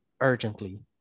urgently